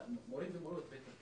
מורים ומורות, בטח.